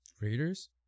Raiders